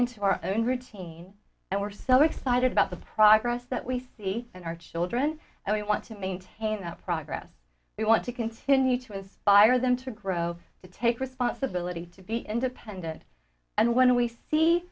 into our own routine and we're so excited about the progress that we see in our children and we want to maintain the progress we want to continue to inspire them to grow to take responsibility to be independent and when we see